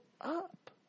up